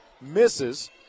Misses